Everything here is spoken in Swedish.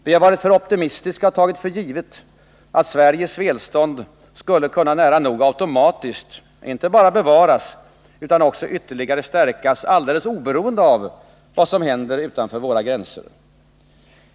Vi har varit för optimistiska och tagit för givet att vårt välstånd skulle kunna nära nog automatiskt inte bara bevaras utan också ytterligare stärkas, alldeles oberoende av vad som händer utanför våra gränser.